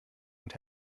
und